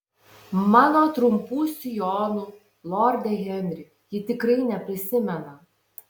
mano trumpų sijonų lorde henri ji tikrai neprisimena